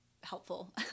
helpful